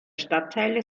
stadtteile